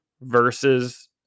versus